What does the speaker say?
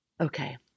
Okay